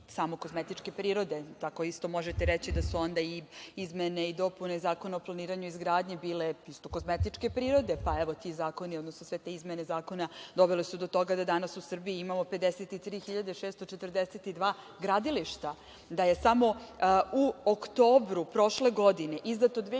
samo kozmetičke prirode. Tako isto možete reći da su onda izmene i dopune Zakona o planiranju i izgradnji bile isto kozmetičke prirode. Evo, ti zakoni, odnosno sve te izmene zakona dovele su do toga da danas u Srbiji imamo 53.642 gradilišta, da je samo u oktobru prošle godine izdato 2.410